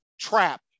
trap